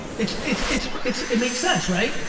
it's it's it's it's it makes sense right?